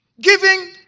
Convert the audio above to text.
giving